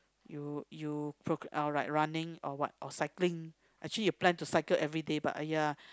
you you procras~ uh like running or what or cycling actually you plan to cycle everyday but !aiya!